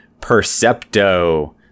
Percepto